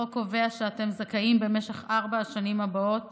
החוק קובע שאתם זכאים במשך ארבע השנים הבאות